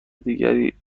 دیگری